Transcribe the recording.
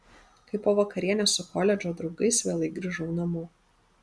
kai po vakarienės su koledžo draugais vėlai grįžau namo